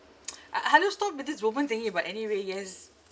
uh hello stop with this woman thingy but anyway yes